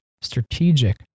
strategic